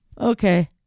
okay